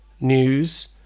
news